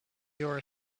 your